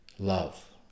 love